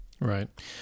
Right